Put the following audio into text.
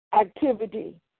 activity